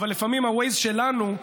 אבל לפעמים ה-Waze שלנו,